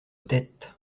tête